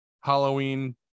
halloween